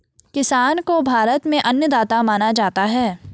किसान को भारत में अन्नदाता माना जाता है